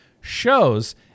shows